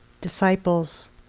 disciples